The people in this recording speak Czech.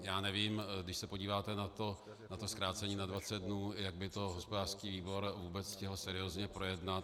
Já nevím, když se podíváte na to zkrácení na dvacet dnů, jak by to hospodářský výbor vůbec stihl seriózně projednat.